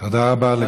תודה רבה לכבוד השר.